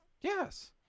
Yes